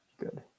good